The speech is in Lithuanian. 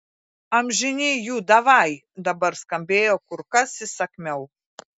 amžini jų davai dabar skambėjo kur kas įsakmiau